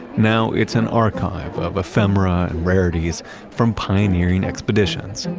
now it's an archive of ephemera and rarities from pioneering expeditions,